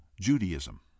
judaism